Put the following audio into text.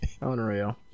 Unreal